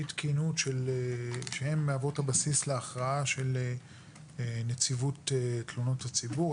אי תקינות שהן מהוות הבסיס להכרעה של נציבות תלונות הציבור.